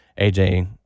AJ